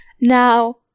Now